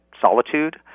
solitude